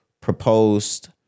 proposed